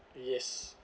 yes